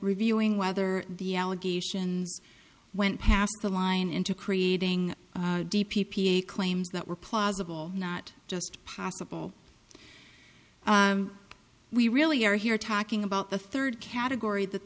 reviewing whether the allegations went past the line into creating d p p a claims that were plausible not just possible we really are here talking about the third category that